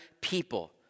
people